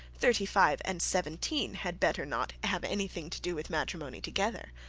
thirty-five and seventeen had better not have any thing to do with matrimony together.